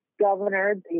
governor